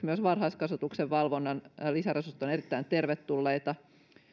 myös varhaiskasvatuksen valvonnan lisäresurssit ovat erittäin tervetulleita